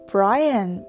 Brian